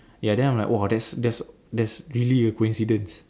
ya then I was like !wah! that's that's that's really a coincidence